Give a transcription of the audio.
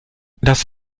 das